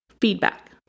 feedback